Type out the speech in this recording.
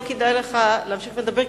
לא כדאי לך להמשיך לדבר,